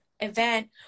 event